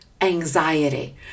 anxiety